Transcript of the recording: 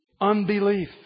unbelief